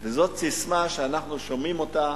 וזאת ססמה שאנחנו שומעים אותה